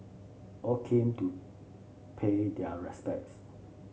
all came to pay their respects